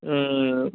হুম হুম না